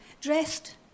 dressed